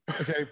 Okay